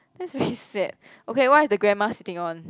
this is very sad okay what is the grandma sitting on